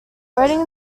waiting